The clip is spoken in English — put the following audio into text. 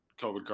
COVID